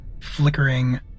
flickering